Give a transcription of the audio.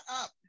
up